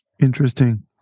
Interesting